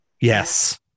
Yes